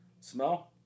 Smell